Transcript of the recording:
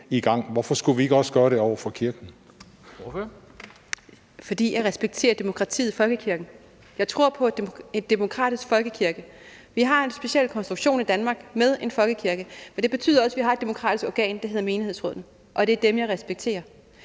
Kl. 11:24 Louise Schack Elholm (V): Fordi jeg respekterer demokratiet i folkekirken. Jeg tror på en demokratisk folkekirke. Vi har en speciel konstruktion i Danmark med en folkekirke. Det betyder også, at vi har et demokratisk organ, der hedder menighedsråd, og det er dem, jeg respekterer.